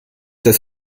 das